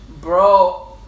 Bro